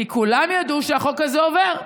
כי כולם ידעו שהחוק הזה עובר.